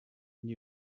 news